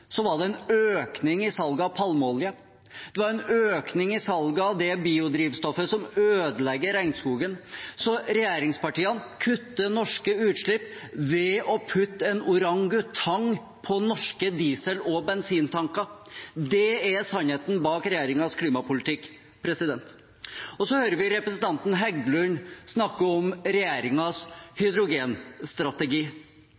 var det en økning i salget av palmeolje. Det var en økning i salget av det biodrivstoffet som ødelegger regnskogen. Så regjeringspartiene kutter norske utslipp ved å putte en orangutang på norske diesel- og bensintanker. Det er sannheten bak regjeringens klimapolitikk. Så hører vi representanten Heggelund snakke om